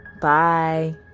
bye